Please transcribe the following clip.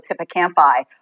hippocampi